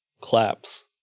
claps